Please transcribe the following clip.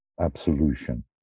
absolution